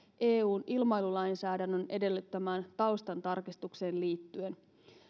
eun ilmailulainsäädännön edellyttämään taustan tarkistukseen liittyen